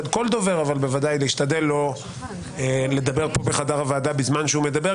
כל דובר להשתדל לא לדבר פה בחדר הוועדה בזמן שהוא מדבר,